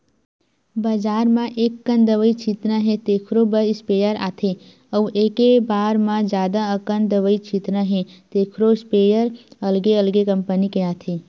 बजार म एककन दवई छितना हे तेखरो बर स्पेयर आथे अउ एके बार म जादा अकन दवई छितना हे तेखरो इस्पेयर अलगे अलगे कंपनी के आथे